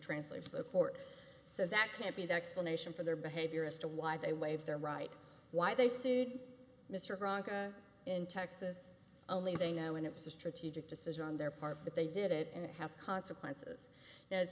translate the court so that can't be that explain nation for their behavior as to why they waive their right why they sued mr kronk in texas only they know and it was a strategic decision on their part but they did it and it has consequences